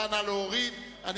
סעיף 31, לשנת 2009, נתקבל.